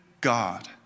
God